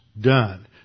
done